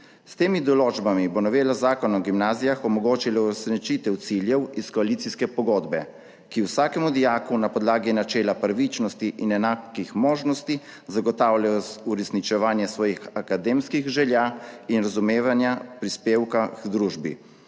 S temi določbami bo novela Zakona o gimnazijah omogočila uresničitev ciljev iz koalicijske pogodbe, ki vsakemu dijaku na podlagi načela pravičnosti in enakih možnosti zagotavlja uresničevanje svojih akademskih želja in razumevanje prispevka k družbi.